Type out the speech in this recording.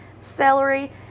celery